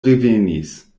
revenis